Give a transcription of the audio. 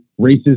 racism